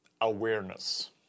awareness